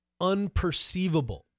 unperceivable